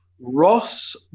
Ross